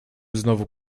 znowu